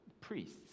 priests